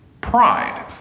pride